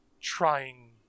trying